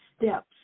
steps